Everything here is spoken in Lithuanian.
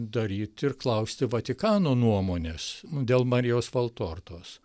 daryt ir klausti vatikano nuomonės dėl marijos valtortos